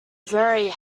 very